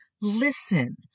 listen